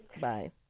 Bye